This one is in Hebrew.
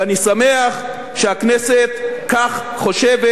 ואני שמח שהכנסת כך חושבת,